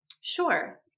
Sure